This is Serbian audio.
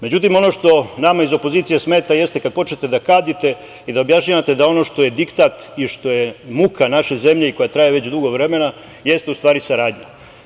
Međutim, ono što nama iz opozicije smeta jeste kad počnete da kadite i da objašnjavate da ono što je diktat i što je muka naše zemlje, koja treba već dugo vremena, jeste u stvari saradnja.